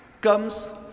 comes